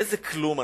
איזה כלום אנחנו,